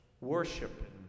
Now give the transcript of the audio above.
worship